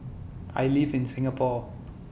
I live in Singapore